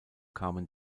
kamen